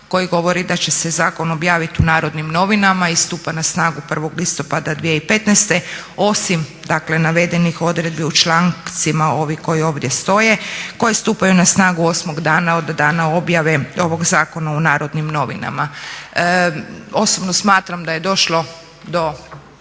koji govori da će se zakon objavit u "Narodnim novinama" i stupa na snagu 1. listopada 2015., osim navedenih odredbi u člancima ovi koji ovdje stoje, koje stupaju na snagu osmog dana od dana objave ovog zakona u "Narodnim novinama". Osobno smatram da je došlo do